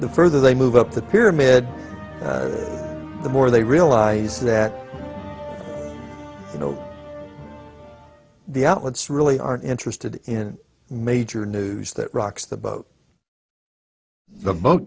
the further they move up the pyramid the more they realize that you know the outlets really aren't interested in major news that rocks the boat the boat